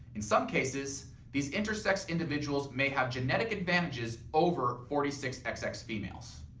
in some cases these intersex individuals may have genetic advantages over forty six xx xx females.